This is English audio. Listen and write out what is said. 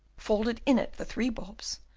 folded in it the three bulbs,